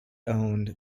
owned